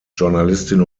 journalistin